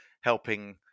helping